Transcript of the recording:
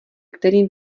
kterým